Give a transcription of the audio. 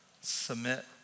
submit